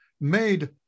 made